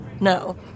No